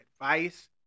advice